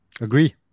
agree